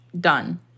done